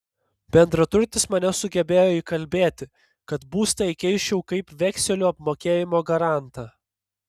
bendraturtis mane sugebėjo įkalbėti kad būstą įkeisčiau kaip vekselių apmokėjimo garantą